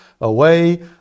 away